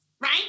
right